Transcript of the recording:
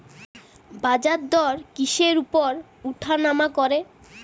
বাজারদর কিসের উপর উঠানামা করে?